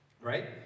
right